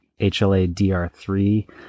HLA-DR3